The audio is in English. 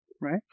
Right